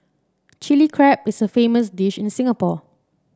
Chilli Crab is a famous dish in Singapore